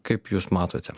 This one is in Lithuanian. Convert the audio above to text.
kaip jūs matote